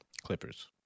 Clippers